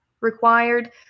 required